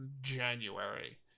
january